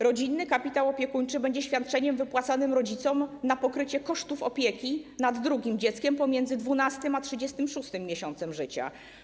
Rodzinny kapitał opiekuńczy będzie świadczeniem wypłacanym rodzicom na pokrycie kosztów opieki nad drugim dzieckiem pomiędzy 12 a 36 miesiącem życia.